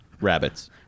Rabbits